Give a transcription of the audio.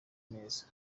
meza